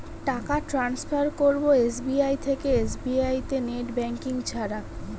টাকা টান্সফার করব এস.বি.আই থেকে এস.বি.আই তে নেট ব্যাঙ্কিং ছাড়া?